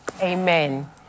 Amen